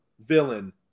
villain